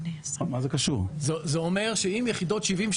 זה אומר שאם יחידות 70,